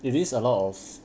it is a lot of